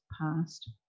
past